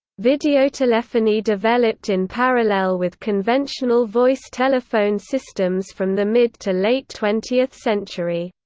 videotelephony developed in parallel with conventional voice telephone systems from the mid-to-late twentieth century.